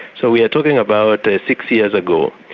so we are talking about six years ago.